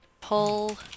Pull